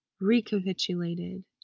recapitulated